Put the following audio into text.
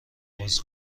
باز